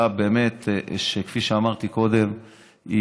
כפי שאמרתי קודם,